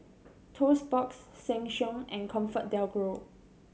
Toast Box Sheng Siong and Comfort DelGro